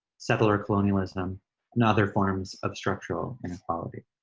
settler colonialism and other forms of structural inequality.